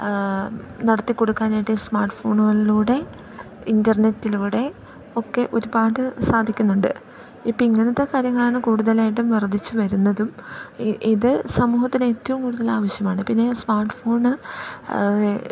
നടത്തി കൊടുക്കാനായിട്ട് സ്മാർട്ട്ഫോണുകളിലൂടെ ഇൻ്റർനെറ്റിലൂടെ ഒക്കെ ഒരുപാട് സാധിക്കുന്നുണ്ട് ഇപ്പം ഇങ്ങനെത്തെ കാര്യങ്ങളാണ് കൂടുതലായിട്ടും വർദ്ധിച്ച് വരുന്നതും ഇത് സമൂഹത്തിന് ഏറ്റവും കൂടുതൽ ആവശ്യമാണ് പിന്നെ സ്മാർട്ട്ഫോണ്